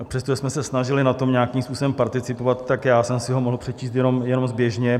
Přestože jsme se snažili na tom nějakým způsobem participovat, tak já jsem si ho mohl přečíst jenom zběžně.